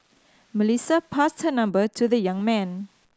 Melissa passed her number to the young man